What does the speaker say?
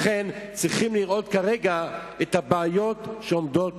לכן צריך לראות כרגע את הבעיות שעומדות